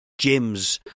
gyms